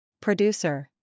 Producer